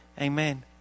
Amen